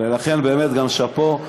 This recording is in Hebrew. ולכן באמת גם שאפו.